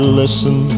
listen